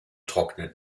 trocknet